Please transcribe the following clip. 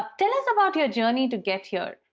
tell us about your journey to get here.